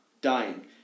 dying